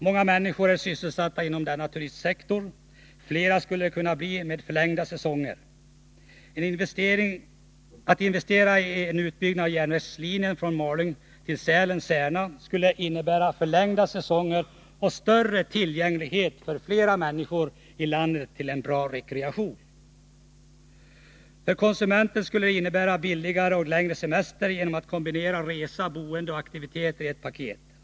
Många människor är sysselsatta inom denna turistsektor, och fler skulle det kunna bli med förlängda säsonger. Att investera i en utbyggnad av järnvägslinjen från Malung till Sälen och Särna skulle innebära förlängda säsonger och större tillgänglighet till bra rekreation för fler människor i landet. För konsumenten skulle det innebära billigare och längre semester genom att man kunde kombinera resa, boende och aktiviteter i ett paket.